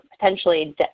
potentially